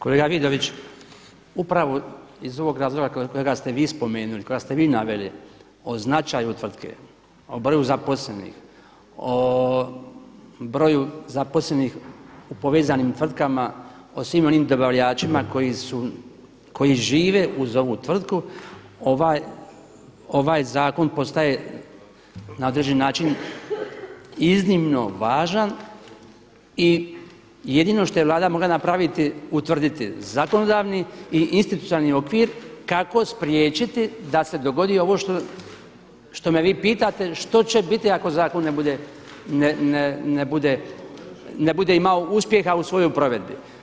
Kolega Vidović, upravo iz ovog razloga kojega ste vi spomenuli, koji ste vi naveli o značaju tvrtke o broju zaposlenih, o broju zaposlenih u povezanim tvrtkama o svim onim dobavljačima koji žive uz ovu tvrtku ovaj zakon postaje na određeni način iznimno važan i jedino što je Vlada mogla napraviti utvrditi zakonodavni i institucionalni okvir kako spriječiti da se dogodi ovo što me vi pitate što će biti ako zakon ne bude imao uspjeha u svojoj provedbi.